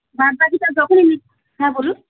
বাদবাকিটা যখনই মিট হ্যাঁ বলুন